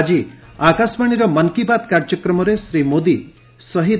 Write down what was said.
ଆକି ଆକାଶବାଣୀର ମନ୍ କୀ ବାତ୍ କାର୍ଯ୍ୟକ୍ରମରେ ଶ୍ରୀ ମୋଦି ଶହୀଦ୍